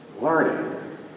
learning